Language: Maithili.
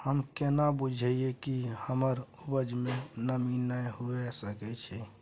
हम केना बुझीये कि हमर उपज में नमी नय हुए सके छै?